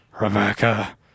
Rebecca